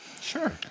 Sure